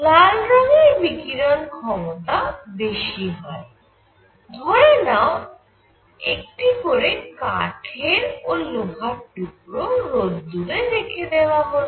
লাল রঙ্গের বিকিরণ ক্ষমতা বেশি হয় ধরে নাও একটি করে কাঠের ও লোহার টুকরো রোদ্দুরে রেখে দেওয়া হল